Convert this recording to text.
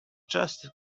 just